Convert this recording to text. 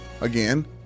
again